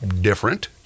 different